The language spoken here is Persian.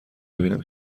ببینیم